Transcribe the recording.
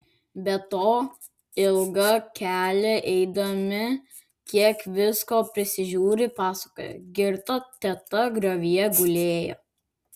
be to ilgą kelią eidami kiek visko prisižiūri pasakoja girta teta griovyje gulėjo